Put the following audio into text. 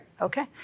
Okay